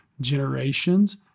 generations